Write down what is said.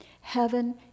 Heaven